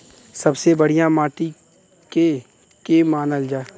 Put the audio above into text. सबसे बढ़िया माटी के के मानल जा?